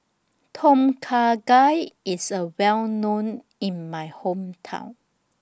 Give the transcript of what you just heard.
Tom Kha Gai IS Well known in My Hometown